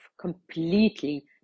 completely